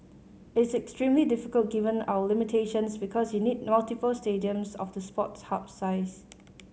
it is extremely difficult given our limitations because you need multiple stadiums of the Sports Hub size